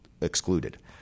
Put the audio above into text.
excluded